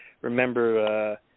remember